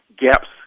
gaps